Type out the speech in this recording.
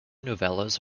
novellas